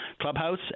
clubhouse